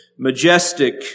Majestic